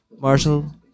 Marshall